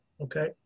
okay